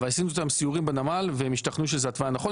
אבל עשינו איתם סיורים בנמל והם השתכנעו שזה התוואי הנכון,